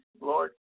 Lord